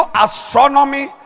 astronomy